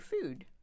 food